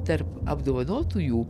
tarp apdovanotųjų